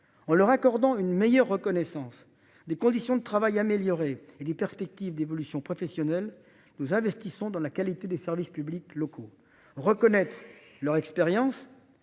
en leur accordant une meilleure reconnaissance des conditions de travail améliorées et les perspectives d'évolution professionnelle. Nous investissons dans la qualité des services publics locaux reconnaître leur expérience